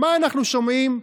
מה אנחנו שומעים?